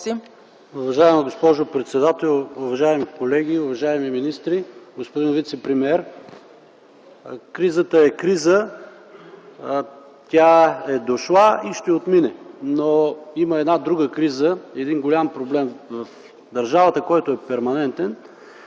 Уважаема госпожо председател, уважаеми колеги, уважаеми министри, господин вицепремиер! Кризата е криза. Тя е дошла и ще отмине, но има една друга криза, един голям проблем в държавата, който е перманентен.